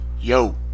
Yo